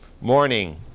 morning